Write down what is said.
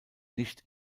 nicht